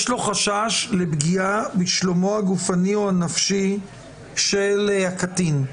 החולים חושבים שיש חשש לשלומו הגופני או הנפשי של הקטין,